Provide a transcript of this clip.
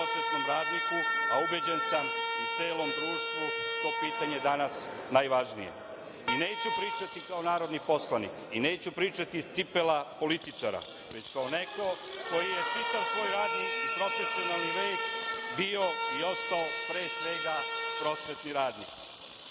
a ubeđen sam i celom društvu, to pitanje danas najvažnije. Neću pričati kao narodni poslanik i neću pričati iz cipela političara, već kao neko ko je čitav svoj radni profesionalni vek bio i ostao pre svega prosvetni radnik. Još